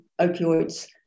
opioids